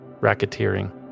racketeering